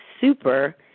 Super